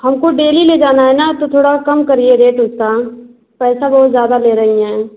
हमको डेली ले जाना है ना तो थोड़ा कम करिए रेट उसका पैसा बहुत ज़्यादा ले रहीं हैं